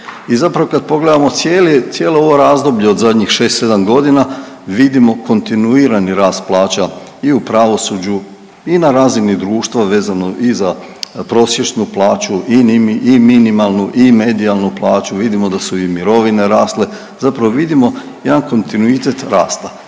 i zapravo kad pogledamo cijelo ovo razdoblje od zadnjih šest, sedam godina vidimo kontinuirani rast plaća i u pravosuđu i na razini društva vezano i za prosječnu plaću i minimalnu i medijalnu plaću, vidimo da su i mirovine rasle, zapravo vidimo jedan kontinuitet rasta,